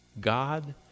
God